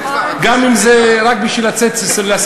יש קצת כבוד, אין כבר.